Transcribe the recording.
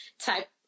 type